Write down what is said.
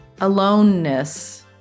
aloneness